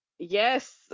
Yes